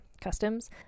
customs